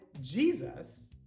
Jesus